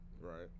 Right